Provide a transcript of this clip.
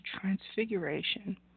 transfiguration